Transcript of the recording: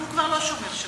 והוא כבר לא שומר שבת,